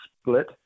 split